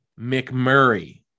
mcmurray